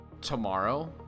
Tomorrow